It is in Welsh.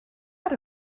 iddi